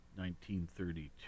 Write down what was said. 1932